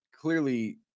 clearly